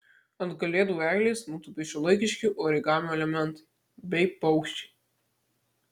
ant kalėdų eglės nutūpė šiuolaikiški origamio elementai bei paukščiai